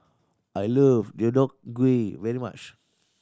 I love Deodeok Gui very much